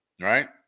right